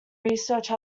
research